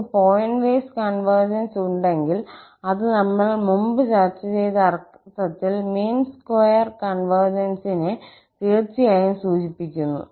നമുക്ക് point wise convergence ഉണ്ടെങ്കിൽ അത് നമ്മൾ മുമ്പ് ചർച്ച ചെയ്ത അർത്ഥത്തിൽ മീൻ സ്ക്വയർ കോൺവെർജൻസിനെ തീർച്ചയായും സൂചിപ്പിക്കുന്നു